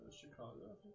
Chicago